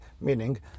Meaning